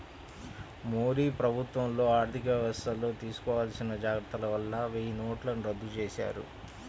మోదీ ప్రభుత్వంలో ఆర్ధికవ్యవస్థల్లో తీసుకోవాల్సిన జాగర్తల వల్ల వెయ్యినోట్లను రద్దు చేశారు